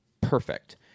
Perfect